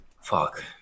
fuck